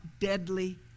deadly